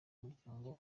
muryango